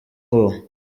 bwoba